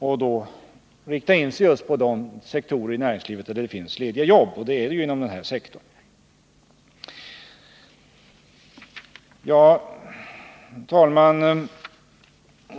Man bör då rikta in sig på de sektorer i näringslivet där det finns lediga jobb — och det finns det ju inom den här sektorn. Herr talman!